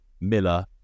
Miller